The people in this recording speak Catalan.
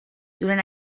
durant